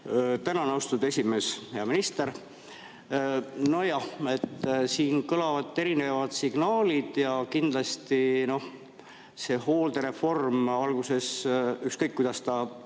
Tänan, austatud esimees! Hea minister! Nojah, siin kõlavad erinevad signaalid ja kindlasti see hooldereform alguses – ükskõik, kuidas ta